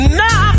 now